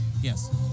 Yes